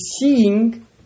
seeing